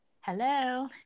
Hello